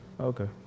Okay